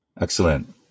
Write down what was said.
Excellent